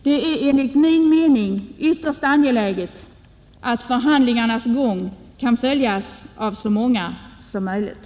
Det är enligt min mening ytterst angeläget att förhandlingarnas gång kan följas av så många som möjligt.